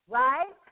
right